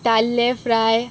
ताल्ले फ्राय